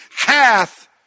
hath